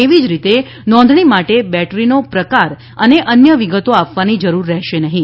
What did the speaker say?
એવી જ રીતે નોંધણી માટે બેટરીનો પ્રકાર અને અન્ય વિગતો આપવાની જરૂર રહેશે નહીં